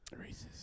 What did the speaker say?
Racist